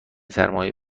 سرمای